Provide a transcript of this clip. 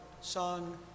Son